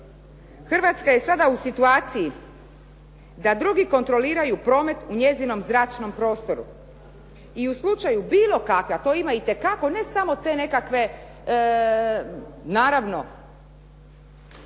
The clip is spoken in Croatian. Hrvatska je sada u situaciji da drugi kontroliraju promet u njezinom zračnom prostoru i u slučaju bilo kako a to ima itekako a ne samo te nekakve naravno